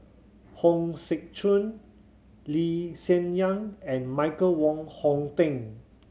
Hong Sek Chern Lee Hsien Yang and Michael Wong Hong Teng